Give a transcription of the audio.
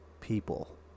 people